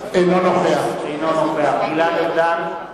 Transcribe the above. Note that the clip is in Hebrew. אינו נוכח גלעד ארדן,